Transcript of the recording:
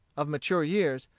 of mature years,